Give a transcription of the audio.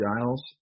Giles